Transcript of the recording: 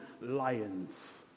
lions